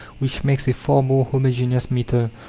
which makes a far more homogeneous metal,